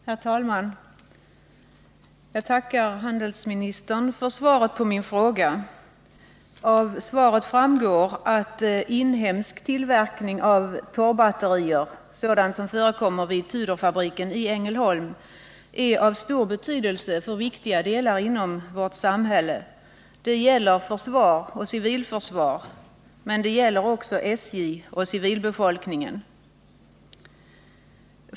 Herr talman! Jag tackar handelsministern för svaret på min fråga. Av svaret framgår att inhemsk tillverkning av torrbatterier, sådan som förekommer vid Tudorfabriken i Ängelholm, är av stor betydelse för viktiga delar av vårt samhälle. Det gäller försvar och civilförsvar, men det gäller också SJ och civilbefolkningen.